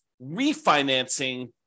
refinancing